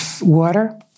water